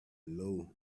low